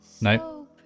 No